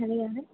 hello யாரு